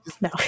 no